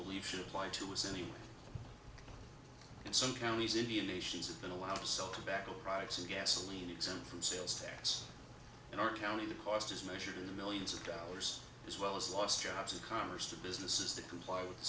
believe should apply to us anyway in some counties indian nations have been allowed to sell tobacco products and gasoline exempt from sales taxes in our county the cost is measured in the millions of dollars as well as lost jobs and commerce to businesses that comply with the